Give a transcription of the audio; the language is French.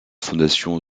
fondation